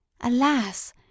Alas